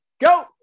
go